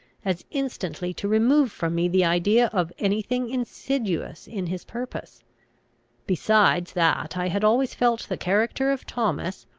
as instantly to remove from me the idea of any thing insidious in his purpose besides that i had always felt the character of thomas,